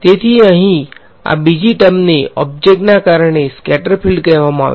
તેથીઅહીં આ બીજી ટર્મને ઓબ્જેક્ટ ના કારણે સ્કેટર્ડ ફીલ્ડ કહેવામાં આવે છે